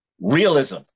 realism